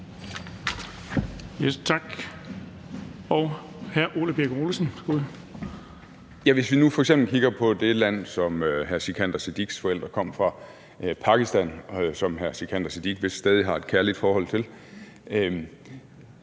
Hvis vi nu f.eks. kigger på det land, som hr. Sikandar Siddiques forældre kom fra, Pakistan, som hr. Sikandar Siddique vist stadig har et kærligt forhold til,